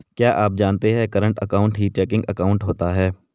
क्या आप जानते है करंट अकाउंट ही चेकिंग अकाउंट होता है